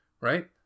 right